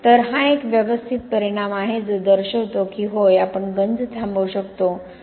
तर हा एक व्यवस्थित परिणाम आहे जो दर्शवितो की होय आपण गंज थांबवू शकतो